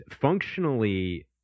functionally